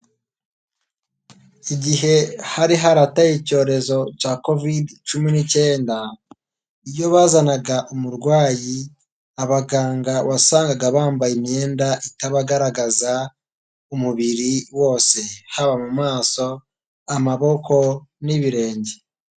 Igihe hari harateye icyorezo cya covid cumi n'icyenda, iyo bazanaga umurwayi abaganga wasangaga bambaye imyenda itabagaragaza umubiri wose, haba mu maso amaboko n'ibirenge.